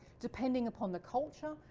depending upon the culture,